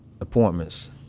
appointments